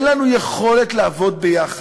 אין לנו יכולת לעבוד ביחד.